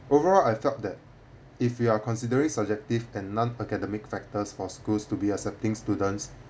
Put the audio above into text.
overall I felt that if you are considering subjective and non academic factors for schools to be accepting students